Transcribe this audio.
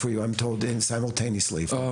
זה